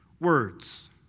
words